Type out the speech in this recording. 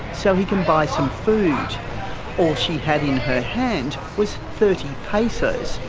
so he can buy some food. all she had in her hand was thirty pesos,